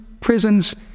prisons